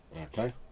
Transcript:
Okay